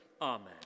Amen